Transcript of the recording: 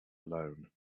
alone